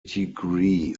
degree